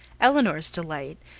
elinor's delight,